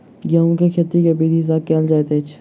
गेंहूँ केँ खेती केँ विधि सँ केल जाइत अछि?